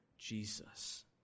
Jesus